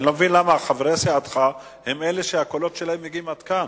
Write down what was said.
אני לא מבין למה חברי סיעתך הם אלה שהקולות שלהם מגיעים עד כאן.